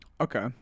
Okay